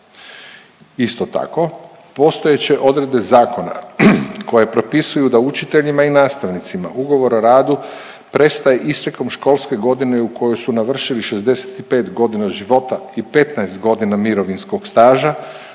Isto tako, postojeće odredbe zakona koje propisuju da učiteljima i nastavnicima ugovor o radu prestaje istekom školske godine u kojoj su navršili 65 godina života i 15 godina mirovinskog staža